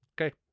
Okay